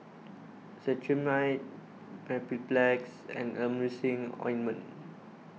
Cetrimide Mepilex and Emulsying Ointment